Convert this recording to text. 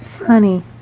Honey